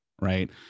right